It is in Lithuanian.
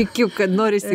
tikiu kad norisi